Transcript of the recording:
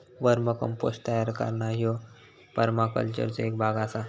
वर्म compost तयार करणा ह्यो परमाकल्चरचो एक भाग आसा